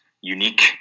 unique